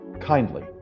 kindly